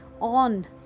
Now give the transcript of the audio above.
on